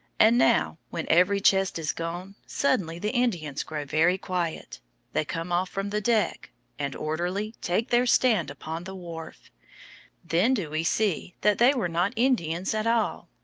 and now, when every chest is gone, suddenly the indians grow very quiet they come off from the deck and, orderly, take their stand upon the wharf then do we see that they were not indians at all.